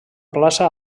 plaça